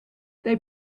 they